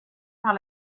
par